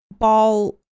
ball